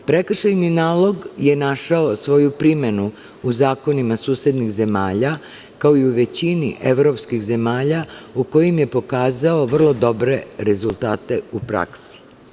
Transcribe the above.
Prekršajni nalog je našao svoju primenu u zakonima susednih zemalja, kao i u većini evropskih zemalja u kojima je pokazao vrlo dobre rezultate u praksi.